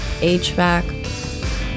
HVAC